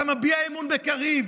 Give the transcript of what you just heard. אתה מביע אמון בקריב.